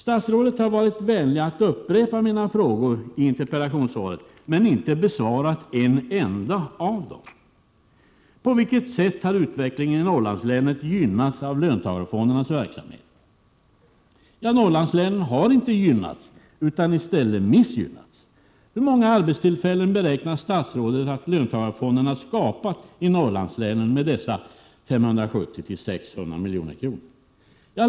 Statsrådet har varit vänlig att i interpellationssvaret upprepa mina frågor, men han har inte besvarat en enda av dem. 1. På vilka sätt har utvecklingen i Norrlandslänen gynnats av löntagarfondernas verksamhet? Norrlandslänen har inte gynnats utan i stället missgynnats. 2. Hur många arbetstillfällen beräknar statsrådet att löntagarfonderna skapat i Norrlandslänen med dessa 570-600 milj.kr.?